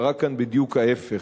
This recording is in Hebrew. קרה כאן בדיוק ההיפך.